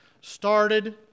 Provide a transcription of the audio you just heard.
started